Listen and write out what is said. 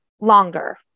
longer